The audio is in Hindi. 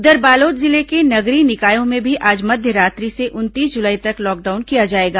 उधर बालोद जिले के नगरीय निकायों में भी आज मध्य रात्रि से उनतीस जुलाई तक लॉकडाउन किया जाएगा